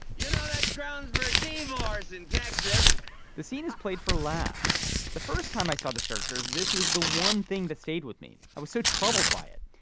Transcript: you know that's grounds for divorce in texas the scene is played for laughs the first time i saw the searchers. this was the one thing that stayed with me. i was so troubled by it.